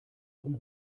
ihrem